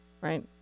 Right